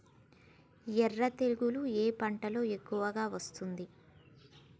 ఎర్ర తెగులు ఎక్కువగా ఏ పంటలో వస్తుంది?